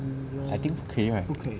I think 不可以 right